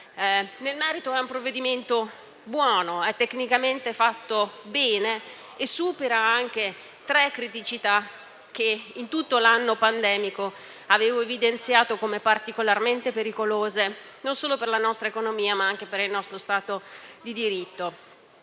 Nel merito è un provvedimento buono e tecnicamente fatto bene, che supera anche tre criticità che in tutto l'anno pandemico ho evidenziato come particolarmente pericolose, non solo per la nostra economia, ma anche per il nostro Stato di diritto.